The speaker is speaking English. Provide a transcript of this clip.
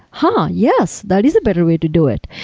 huh! yes! that is a better way to do it.